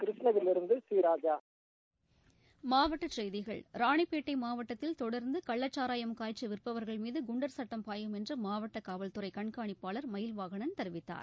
கிருஷ்ணகிபியிலிருந்து ராஜா மாவட்டச் செய்திகள் ராணிப்பேட்டை மாவட்டத்தில் தொடர்ந்து கள்ளச்சாராயம் காய்ச்சி விற்பவர்கள் மீது குண்டர் சட்டம் பாயும் என்று மாவட்ட காவல்துறை கண்காணிப்பாளர் மயில்வாகனன் தெரிவித்தார்